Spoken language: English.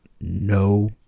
no